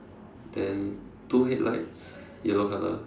then two headlights yellow color